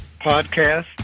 podcast